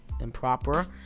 improper